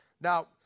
Now